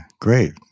great